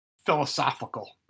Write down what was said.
philosophical